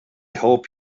hope